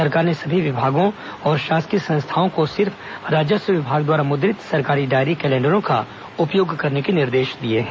सरकार ने सभी विभागों और शासकीय संस्थाओं को सिर्फ राजस्व विभाग द्वारा मुद्रित सरकारी डायरी कैलेण्डरों का उपयोग करने के निर्देश दिए हैं